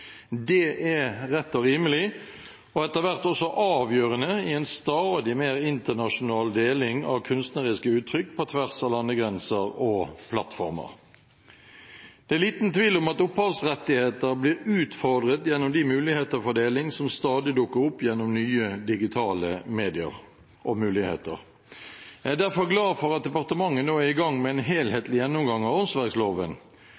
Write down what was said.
Det er rett og rimelig, og etter hvert også avgjørende, i en stadig mer internasjonal deling av kunstneriske uttrykk på tvers av landegrenser og plattformer. Det er liten tvil om at opphavsrettigheter blir utfordret gjennom de muligheter for deling som stadig dukker opp gjennom nye digitale medier og muligheter. Jeg er derfor glad for at departementet nå er i gang med en